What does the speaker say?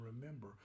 remember